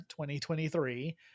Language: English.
2023